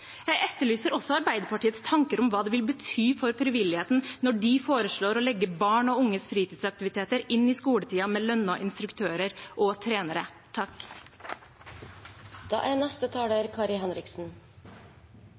Jeg etterlyser også Arbeiderpartiets tanker om hva det vil bety for frivilligheten når de foreslår å legge barn og unges fritidsaktiviteter inn i skoletiden med lønnede instruktører og trenere.